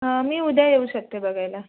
मी उद्या येऊ शकते बघायला